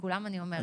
לכולם אני אומרת.